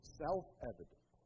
self-evident